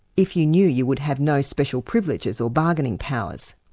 if you knew you would have no special privileges or bargaining powers.